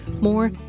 More